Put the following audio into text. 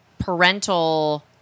Parental